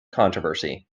controversy